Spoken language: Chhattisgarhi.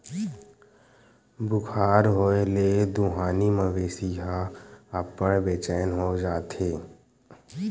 बुखार होए ले दुहानी मवेशी ह अब्बड़ बेचैन हो जाथे